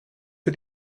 für